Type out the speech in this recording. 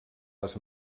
les